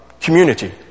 community